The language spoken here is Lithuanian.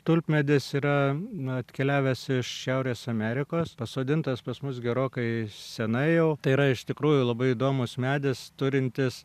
tulpmedis yra atkeliavęs iš šiaurės amerikos pasodintas pas mus gerokai senai jau tai yra iš tikrųjų labai įdomus medis turintis